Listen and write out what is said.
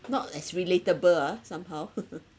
not as relatable ah somehow